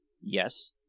yes